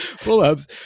pull-ups